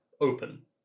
open